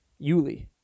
Yuli